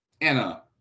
Anna